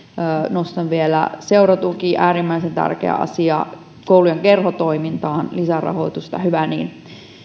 nostan vielä seuratuki äärimmäisen tärkeä asia koulujen kerhotoimintaan lisärahoitusta hyvä niin